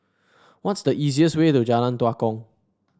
what's the easiest way to Jalan Tua Kong